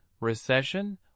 recession